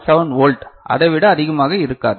7 volt அதை விட அதிகமாக இருக்காது